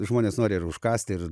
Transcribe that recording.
žmonės nori ir užkąsti ir